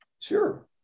Sure